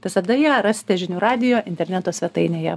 visada ją rasite žinių radijo interneto svetainėje